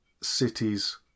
cities